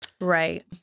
Right